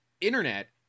internet